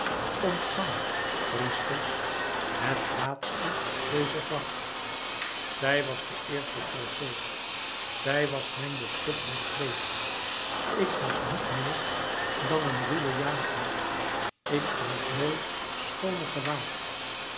ontvangt priesters het laatst deze vacht zij was de eerste trofee zij was mijn beschuttend kleed ik was niet meer dan een ruwe jager ik droeg nooit schooner gewaad